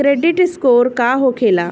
Credit score का होखेला?